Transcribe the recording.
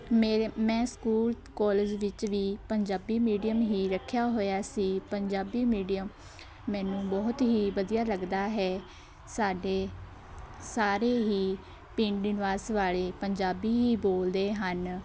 ਮੇਰੇ ਮੈਂ school college ਵਿੱਚ ਵੀ ਪੰਜਾਬੀ ਮੀਡੀਅਮ ਹੀ ਰੱਖਿਆ ਹੋਇਆ ਸੀ ਪੰਜਾਬੀ ਮੀਡੀਅਮ ਮੈਨੂੰ ਬਹੁਤ ਹੀ ਵਧੀਆ ਲੱਗਦਾ ਹੈ ਸਾਡੇ ਸਾਰੇ ਹੀ ਪਿੰਡ ਨਿਵਾਸ ਵਾਲੇ ਪੰਜਾਬੀ ਹੀ ਬੋਲਦੇ ਹਨ